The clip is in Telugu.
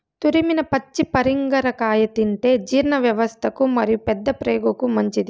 తురిమిన పచ్చి పరింగర కాయ తింటే జీర్ణవ్యవస్థకు మరియు పెద్దప్రేగుకు మంచిది